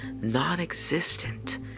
non-existent